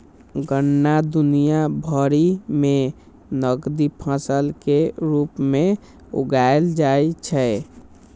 गन्ना दुनिया भरि मे नकदी फसल के रूप मे उगाएल जाइ छै